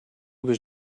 was